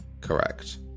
Correct